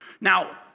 Now